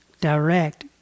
direct